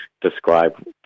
describe